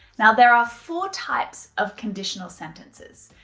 now there are four types of conditional sentences.